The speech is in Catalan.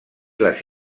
les